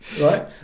right